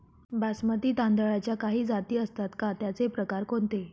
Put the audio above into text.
बासमती तांदळाच्या काही जाती असतात का, त्याचे प्रकार कोणते?